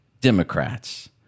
Democrats